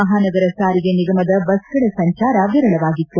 ಮಹಾನಗರ ಸಾರಿಗೆ ನಿಗಮದ ಬಸ್ಗಳ ಸಂಚಾರ ವಿರಳವಾಗಿತ್ತು